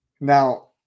Now